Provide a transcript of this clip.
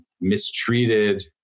mistreated